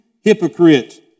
hypocrite